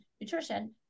nutrition